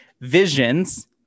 visions